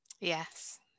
yes